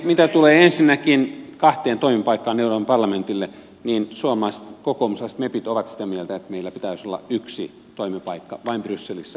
mitä tulee ensinnäkin kahteen toimipaikkaan euroopan parlamentille niin suomalaiset kokoomuslaiset mepit ovat sitä mieltä että meillä pitäisi olla yksi toimipaikka vain brysselissä ei strasbourgissa